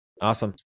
Awesome